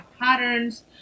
patterns